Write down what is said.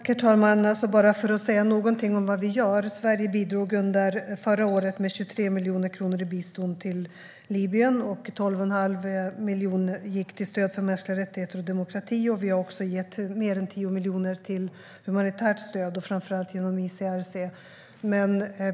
Herr talman! Bara för att säga något om vad vi gör: Sverige bidrog under förra året med 23 miljoner kronor i bistånd till Libyen och 12,5 miljoner kronor i stöd för mänskliga rättigheter och demokrati. Vi har också gett mer än 10 miljoner kronor till humanitärt stöd, framför allt genom ICRC.